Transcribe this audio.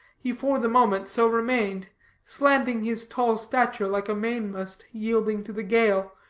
he for the moment so remained slanting his tall stature like a mainmast yielding to the gale,